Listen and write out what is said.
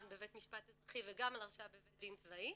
בבית משפט אזרחי וגם על הרשעה בבית דין צבאי,